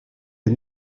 est